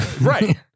Right